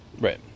Right